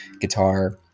guitar